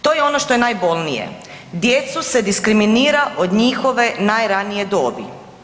To je ono što je najbolnije, djecu se diskriminira od njihove najranije dobi.